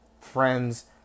friends